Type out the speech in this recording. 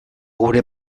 gure